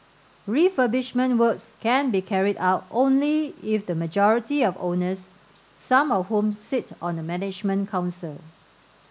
refurbishment works can be carried out only if the majority of owners some of whom sit on the management council